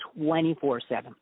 24-7